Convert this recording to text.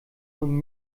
von